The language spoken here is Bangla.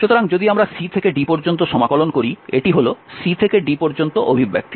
সুতরাং যদি আমরা c থেকে d পর্যন্ত সমাকলন করি এটি হল c থেকে d পর্যন্ত অভিব্যক্তি